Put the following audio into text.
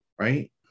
right